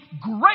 great